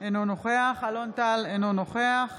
אינו נוכח אלון טל, אינו נוכח